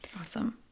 Awesome